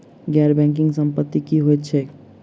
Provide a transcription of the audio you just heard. गैर बैंकिंग संपति की होइत छैक?